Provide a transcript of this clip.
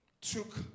took